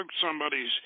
somebody's